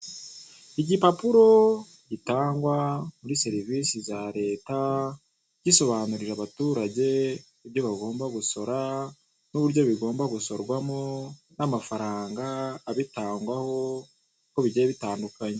Igipapuro gitangwa muri serivisi za Leta, gisobanurira abaturage ibyo bagomba gusora n'uburyo bigomba gusorwamo n'amafaranga abitangwaho, uko bigiye bitangukanye.